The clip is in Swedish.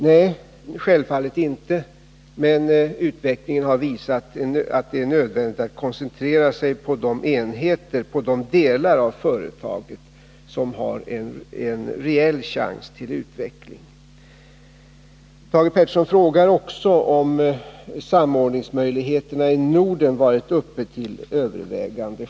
Nej, självfallet inte, men utvecklingen har visat att det är nödvändigt att koncentrera sig på de enheter och de delar av företaget som Nr 33 har en reell chans till utveckling. Thage Peterson frågade också om samordningsmöjligheterna i Norden varit uppe till övervägande.